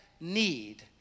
need